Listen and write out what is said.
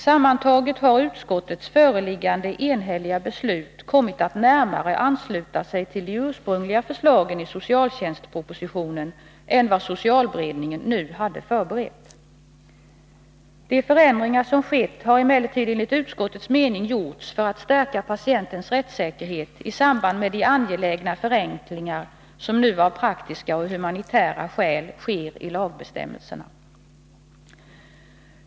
Sammantaget har utskottets föreliggande enhälliga beslut kommit att närmare ansluta sig till de ursprungliga förslagen i socialtjänstpropositionen än vad socialberedningen hade förberett. De förändringar som skett har emellertid enligt utskottets mening gjorts för att stärka patienternas rättssäkerhet i samband med de angelägna förenklingar som nu av praktiska och humanitära skäl sker i lagbestämmelserna.